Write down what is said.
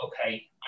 okay